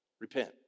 Repent